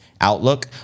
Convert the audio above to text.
outlook